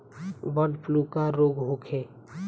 Bird flu का रोग होखे?